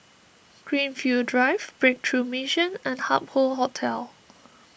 Greenfield Drive Breakthrough Mission and Hup Hoe Hotel